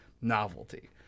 novelty